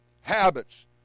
habits